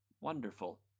Wonderful